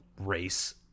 race